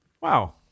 Wow